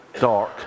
dark